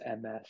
MS